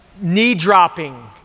knee-dropping